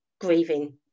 grieving